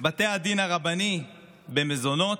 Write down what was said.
בתי הדין הרבני במזונות,